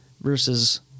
versus